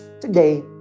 today